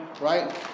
Right